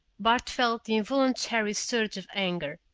bart felt the involuntary surge of anger,